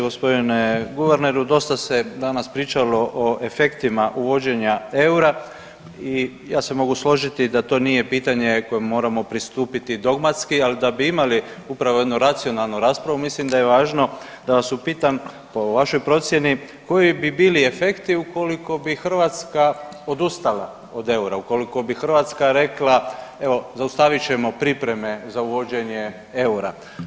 Gospodine guverneru, dosta se danas pričalo o efektima uvođenja eura i ja se mogu složiti da to nije pitanje koje moramo pristupiti dogmatski, ali da bi imali upravo jedno racionalnu raspravu mislim da je važno da vas upitam po vašoj procjeni koji bi bili efekti ukoliko bi Hrvatska odustala od eura, ukoliko bi Hrvatska rekla evo zaustavit ćemo pripreme za uvođenje eura?